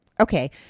Okay